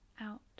out